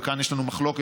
וכאן יש לנו מחלוקת,